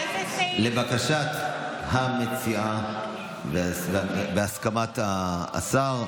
לבקשת המציעה ובהסכמת השר.